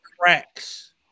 cracks